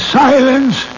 silence